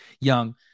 young